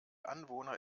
anwohner